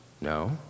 No